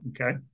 Okay